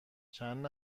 چند